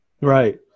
Right